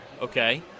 okay